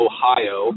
Ohio